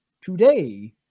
today